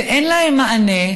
ואין להן מענה,